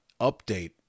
update